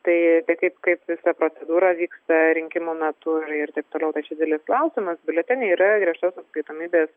tai kaip kaip visa procedūra vyksta rinkimų metu ir ir taip toliau tai čia didelis klausimas biuleteniai yra griežtos atskaitomybės